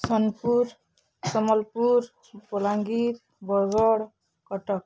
Sonepur Sambalpur Balangir Bargarh Cuttack